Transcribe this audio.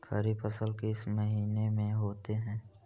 खरिफ फसल किस महीने में होते हैं?